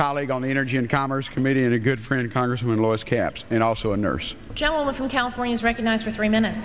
colleague on the energy and commerce committee a good friend congressman lewis carroll and also a nurse gentleman from california is recognized for three minutes